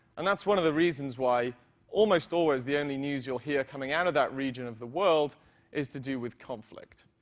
and that's one of the reasons why almost always the only news you'll hear coming out of that region of the world is to do with conflict,